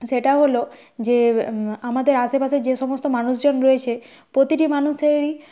সেটা হল যে আমাদের আশেপাশে যে সমস্ত মানুষজন রয়েছে প্রতিটি মানুষেরই